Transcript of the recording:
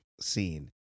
scene